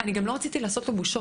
אני גם לא רציתי לעשות לו בושות,